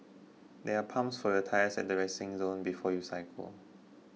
there are pumps for your tyres at the resting zone before you cycle